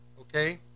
Okay